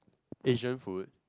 Asian food